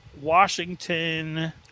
Washington